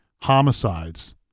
homicides